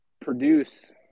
produce